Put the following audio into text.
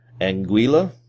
Anguilla